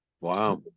Wow